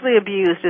abused